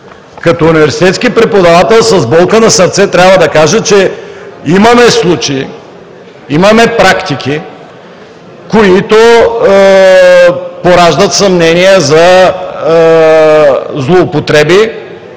Като университетски преподавател с болка на сърце трябва да кажа, че имаме случаи, имаме практики, които пораждат съмнения за злоупотреби